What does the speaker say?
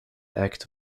act